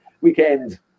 weekend